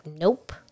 nope